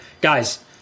guys